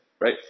right